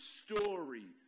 story